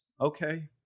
Okay